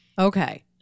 Okay